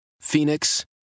Phoenix